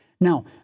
Now